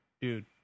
Dude